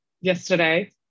yesterday